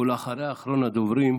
ואחריה, אחרון הדוברים,